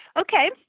Okay